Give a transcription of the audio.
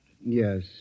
Yes